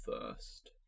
first